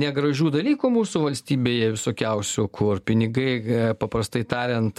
negražių dalykų mūsų valstybėje visokiausių kur pinigai paprastai tariant